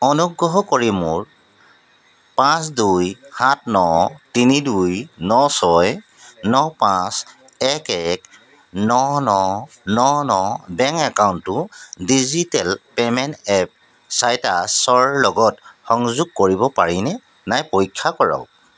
অনুগ্ৰহ কৰি মোৰ পাঁচ দুই সাত ন তিনি দুই ন ছয় ন পাঁচ এক এক ন ন ন ন বেংক একাউণ্টটো ডিজিটেল পে'মেণ্ট এপ চাইটাছৰ লগত সংযোগ কৰিব পাৰি নে নাই পৰীক্ষা কৰক